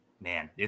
Man